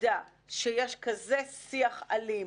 יש לנו טיפה יותר בעיה.